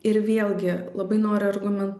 ir vėlgi labai noriu argumen